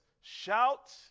Shout